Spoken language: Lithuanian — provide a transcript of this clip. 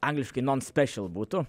angliškai non spešil būtų